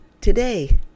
today